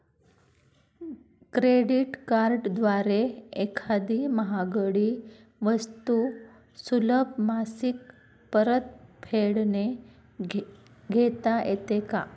Credit कार्डद्वारे एखादी महागडी वस्तू सुलभ मासिक परतफेडने घेता येते का?